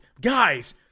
guys